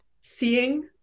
seeing